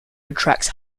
attracts